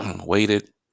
waited